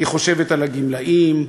היא חושבת על הגמלאים?